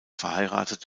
verheiratet